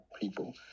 people